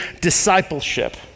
discipleship